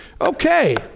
Okay